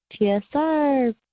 TSR